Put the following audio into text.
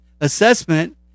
assessment